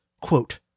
quote